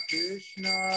Krishna